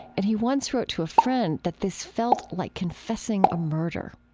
and he once wrote to a friend that this felt like confessing a murder.